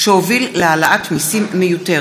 שהוביל להעלאת מיסים מיותרת,